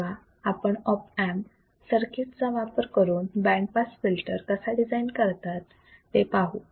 तेव्हा आपण op amp circuit चा वापर करून बँड पास फिल्टर कसा डिझाईन करतात ते पाहू